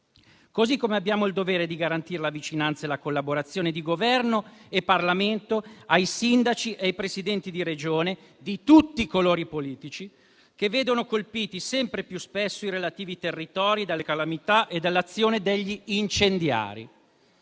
Così come abbiamo il dovere di garantire la vicinanza e la collaborazione di Governo e Parlamento ai sindaci e ai Presidenti di Regione, di tutti i colori politici, che vedono colpiti sempre più spesso i relativi territori dalle calamità e dall'azione degli incendiari.